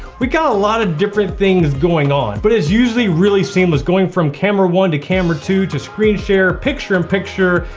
we've got a lot of different things going on, but it's usually really seamless going from camera one to camera two to screen share, picture and picture,